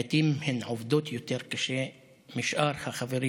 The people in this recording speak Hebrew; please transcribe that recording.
לעיתים הן עובדות קשה יותר משאר החברים